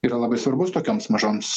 yra labai svarbus tokioms mažoms